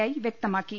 I വ്യക്തമാക്കി